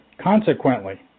Consequently